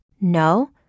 No